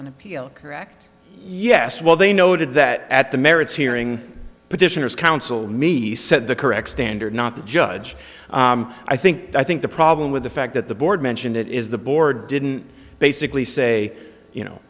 on appeal correct yes well they noted that at the merits hearing petitioners counsel me said the correct standard not the judge i think i think the problem with the fact that the board mentioned it is the board didn't basically say you know